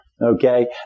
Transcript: Okay